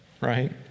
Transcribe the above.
right